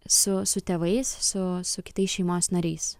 su su tėvais su su kitais šeimos nariais